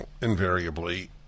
invariably